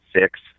six